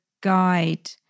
guide